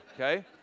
okay